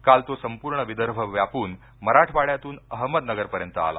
काल तो संपूर्ण विदर्भ व्यापून मराठवाड्यातून अहमदनगरपर्यंत आला